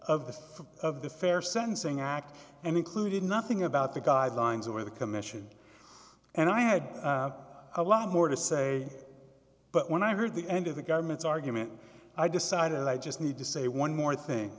of the of the fair sentencing act and included nothing about the guidelines or the commission and i had a lot more to say but when i heard the end of the government's argument i decided i just need to say one more thing